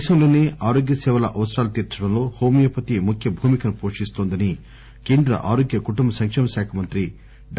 దేశంలోనే ఆరోగ్య సేవల అవసరాలు తీర్పడంలో హోమియోపతి ముఖ్య భూమికను పోషిస్తోందని కేంద్ర ఆరోగ్య కుటుంబ సంక్షేమ శాఖ మంత్రి డా